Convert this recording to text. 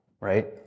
right